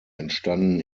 entstanden